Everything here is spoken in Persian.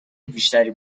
بیشتری